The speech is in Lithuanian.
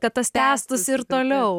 kad tas tęstųs ir toliau